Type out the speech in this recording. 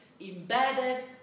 embedded